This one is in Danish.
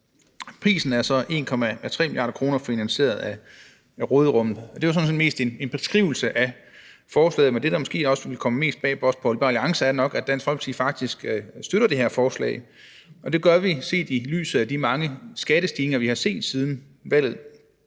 Prisen er så 1,3 mia. kr. finansieret af råderummet. Det er sådan set mest en beskrivelse af forslaget, men det, der måske vil komme mest bag på Liberal Alliance, er nok, at Dansk Folkeparti faktisk støtter det her forslag. Det gør vi set i lyset af de mange skattestigninger, vi har set siden valget.